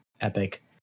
epic